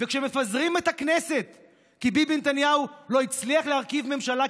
וכשמפזרים את הכנסת כי ביבי נתניהו לא הצליח להרכיב ממשלה,